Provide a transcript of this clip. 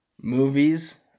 movies